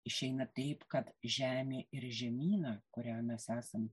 išeina taip kad žemė ir žemyna kurią jau mes esame